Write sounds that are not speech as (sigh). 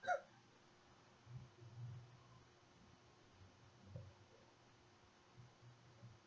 (laughs)